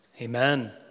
Amen